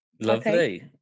Lovely